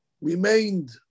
remained